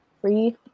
Free